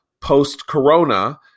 Post-Corona